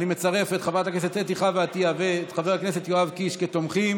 אני מצרף את חברת הכנסת אתי חוה עטייה ואת חבר הכנסת יואב קיש כתומכים.